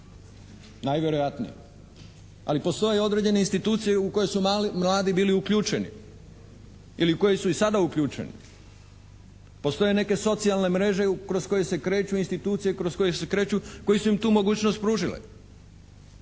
najvjerojatnije. Ali postoje određene institucije u koje su mladi bili uključeni ili u koje su i sada uključeni, postoje neke socijalne mreže kroz koje se kreću institucije, kroz koje se kreću, koje su im tu mogućnost pružile.